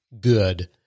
good